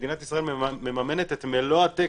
מדינת ישראל מממנת את מלוא התקן.